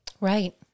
Right